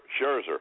Scherzer